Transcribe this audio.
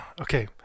Okay